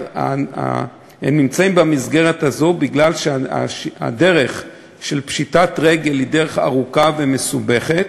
הם נמצאים במסגרת הזאת בגלל שהדרך של פשיטת רגל היא דרך ארוכה ומסובכת.